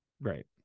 Right